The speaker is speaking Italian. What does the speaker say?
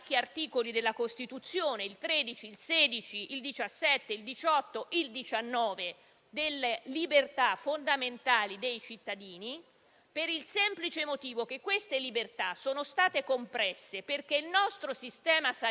per il semplice motivo che tali libertà sono state compresse, perché il nostro Sistema sanitario non era pronto ad affrontare il numero dei malati e l'emergenza. Abbiamo tenuto un Paese